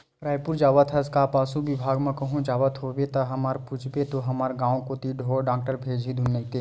रइपुर जावत हवस का पसु बिभाग म कहूं जावत होबे ता हमर पूछबे तो हमर गांव कोती ढोर डॉक्टर भेजही धुन नइते